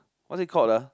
what is it called ah